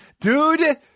dude